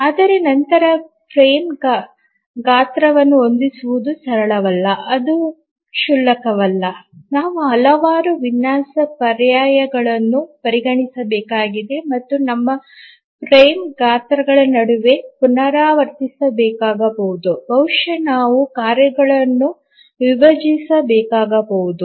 ಆದರೆ ನಂತರ ಫ್ರೇಮ್ ಗಾತ್ರವನ್ನು ಹೊಂದಿಸುವುದು ಸರಳವಲ್ಲ ಅದು ಕ್ಷುಲ್ಲಕವಲ್ಲ ನಾವು ಹಲವಾರು ವಿನ್ಯಾಸ ಪರ್ಯಾಯಗಳನ್ನು ಪರಿಗಣಿಸಬೇಕಾಗಿದೆ ಮತ್ತು ನಮ್ಮ ಫ್ರೇಮ್ ಗಾತ್ರಗಳ ನಡುವೆ ಪುನರಾವರ್ತಿಸಬೇಕಾಗಬಹುದು ಬಹುಶಃ ನಾವು ಕಾರ್ಯಗಳನ್ನು ವಿಭಜಿಸಬೇಕಾಗಬಹುದು